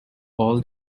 all